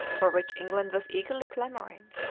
for which england was eagerly clamouring,